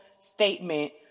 statement